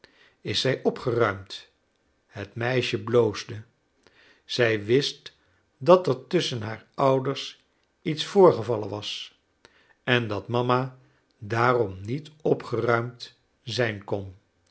is zij opgeruimd het meisje bloosde zij wist dat er tusschen haar ouders iets voorgevallen was en dat mama daarom niet opgeruimd zijn kon